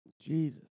Jesus